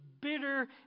bitter